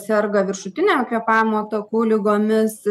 serga viršutinio kvėpavimo takų ligomis